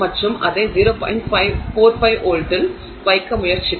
45 வோல்ட்டில் வைக்க முயற்சிக்கும்